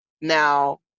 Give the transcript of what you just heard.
Now